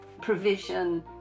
provision